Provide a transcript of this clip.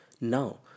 Now